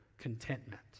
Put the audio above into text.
contentment